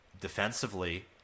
defensively